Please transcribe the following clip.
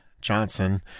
Johnson